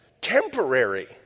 temporary